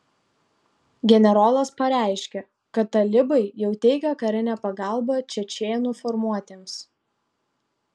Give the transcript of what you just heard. generolas pareiškė kad talibai jau teikia karinę pagalbą čečėnų formuotėms